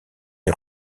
les